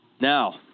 Now